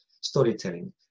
storytelling